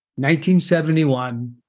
1971